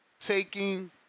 taking